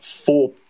four